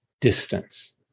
distance